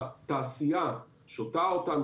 התעשיה שותה אותם,